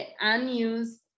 unused